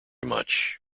much